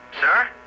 Sir